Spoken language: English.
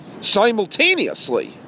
simultaneously